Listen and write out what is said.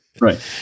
Right